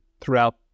throughout